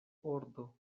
ordo